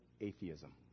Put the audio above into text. atheism